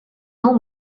nou